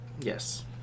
Yes